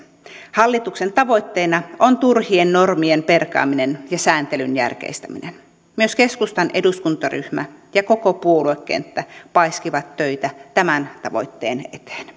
hallituksen tavoitteena on turhien normien perkaaminen ja sääntelyn järkeistäminen myös keskustan eduskuntaryhmä ja koko puoluekenttä paiskivat töitä tämän tavoitteen eteen